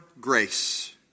grace